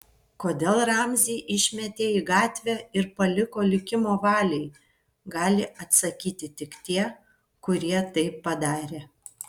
kodėl ramzį išmetė į gatvę ir paliko likimo valiai gali atsakyti tik tie kurie tai padarė